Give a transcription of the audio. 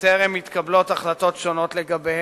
בטרם מתקבלות החלטות שונות לגביהם,